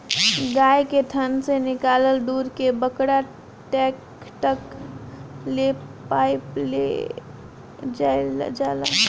गाय के थान से निकलल दूध के बड़का टैंक तक ले पाइप से ले जाईल जाला